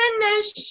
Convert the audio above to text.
finish